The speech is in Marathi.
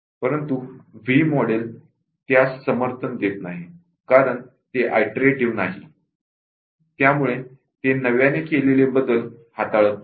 परंतु व्ही मॉडेल त्यास समर्थन देत नाही कारण ते आईटरेटिव्ह नाही त्यामुळे ते नव्याने केलेले बदल हाताळत नाही